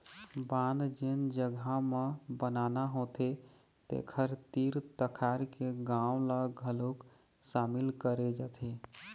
बांध जेन जघा म बनाना होथे तेखर तीर तखार के गाँव ल घलोक सामिल करे जाथे